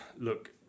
look